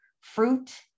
fruit